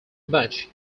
much